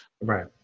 Right